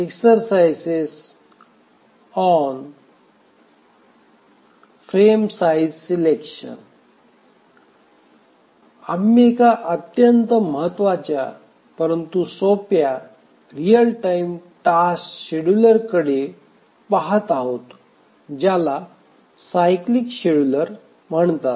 exercise on frame selection आम्ही एका अत्यंत महत्वाच्या परंतु सोप्या रीअल टाईम टास्क शेड्यूलरकडे पहात आहोत ज्याला सायक्लीक शेड्युलर म्हणतात